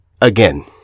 Again